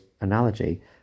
analogy